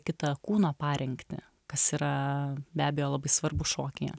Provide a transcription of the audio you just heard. kitą kūno parengtį kas yra be abejo labai svarbu šokyje